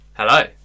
Hello